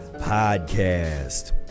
podcast